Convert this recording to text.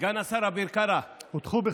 סגן השר אביר קארה, הוטחו בך האשמות.